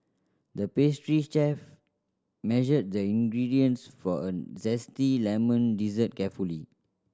the pastry chef measured the ingredients for a zesty lemon dessert carefully